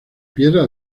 piedra